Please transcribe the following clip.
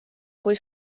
kui